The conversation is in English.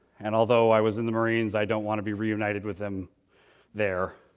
and although i was in the marines, i don't want to be reunited with them there.